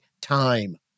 Time